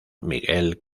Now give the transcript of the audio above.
miguel